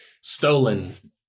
Stolen